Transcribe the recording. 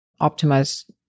optimize